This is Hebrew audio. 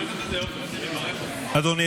אדוני